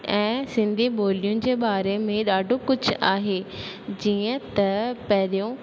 ऐं सिंधी ॿोलियुनि जे बारे में ॾाढो कुझु आहे जीअं त पहिरयों